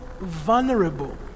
vulnerable